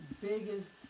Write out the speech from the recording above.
biggest